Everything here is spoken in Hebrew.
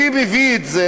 מי מביא את זה?